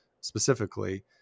specifically